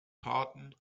taten